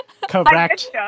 Correct